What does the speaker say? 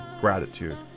gratitude